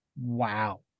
wow